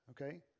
okay